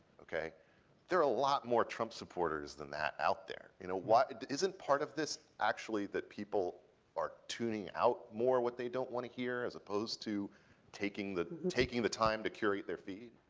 there are a lot more trump supporters than that out there you know why isn't part of this actually that people are tuning out more what they don't want to hear as opposed to taking the taking the time to curate their feed.